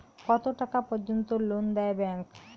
কত টাকা পর্যন্ত লোন দেয় ব্যাংক?